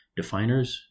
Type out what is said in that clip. definers